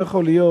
לא יכול להיות